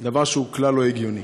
דבר שהוא כלל לא הגיוני.